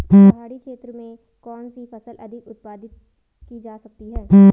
पहाड़ी क्षेत्र में कौन सी फसल अधिक उत्पादित की जा सकती है?